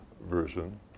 version